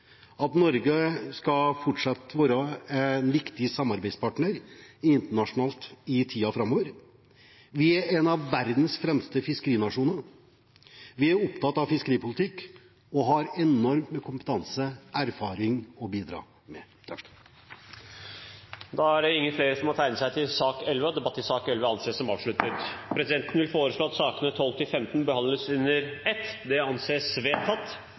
at Norge fortsatt skal være en viktig samarbeidspartner internasjonalt i tiden framover. Vi er en av verdens fremste fiskerinasjoner, vi er opptatt av fiskeripolitikk og har enormt med kompetanse og erfaring å bidra med. Flere har ikke bedt om ordet til sak nr. 11. Presidenten vil foreslå at sakene nr. 12–15 behandles under ett. – Det anses vedtatt.